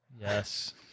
Yes